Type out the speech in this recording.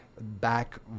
Back